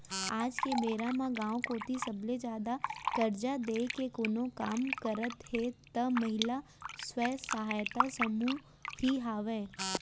आज के बेरा म गाँव कोती सबले जादा करजा देय के कोनो काम करत हे त महिला स्व सहायता समूह ही हावय